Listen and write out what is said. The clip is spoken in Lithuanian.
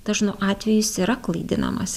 dažnu atveju jis yra klaidinamas